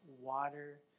water